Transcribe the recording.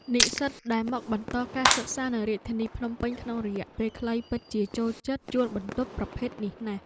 និស្សិតដែលមកបន្តការសិក្សានៅរាជធានីភ្នំពេញក្នុងរយៈពេលខ្លីពិតជាចូលចិត្តជួលបន្ទប់ប្រភេទនេះណាស់។